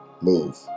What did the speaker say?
move